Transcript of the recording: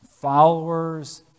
followers